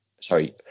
sorry